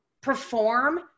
perform